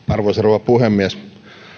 arvoisa rouva puhemies